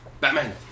Batman